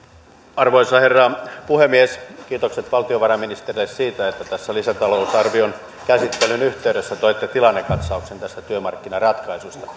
arvoisa herra puhemies kiitokset valtiovarainministerille siitä että tässä lisätalousarvion käsittelyn yhteydessä toitte tilannekatsauksen tästä työmarkkinaratkaisusta